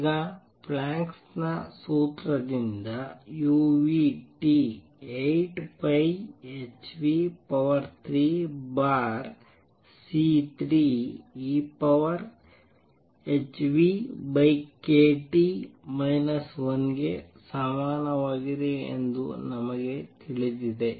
ಈಗ ಪ್ಲ್ಯಾಂಕ್ ನ ಸೂತ್ರದಿಂದ uT 8πh3c3ehνkT 1 ಗೆ ಸಮಾನವಾಗಿದೆ ಎಂದು ನಮಗೆ ತಿಳಿದಿದೆ